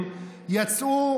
שכזה,